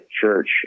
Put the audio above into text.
church